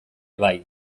bai